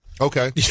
Okay